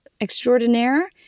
extraordinaire